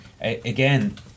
again